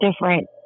different